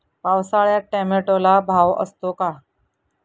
पावसाळ्यात टोमॅटोला भाव असतो का?